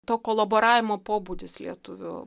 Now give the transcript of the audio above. to kolaboravimo pobūdis lietuvių